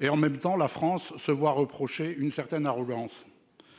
et en même temps, la France se voit reprocher une certaine arrogance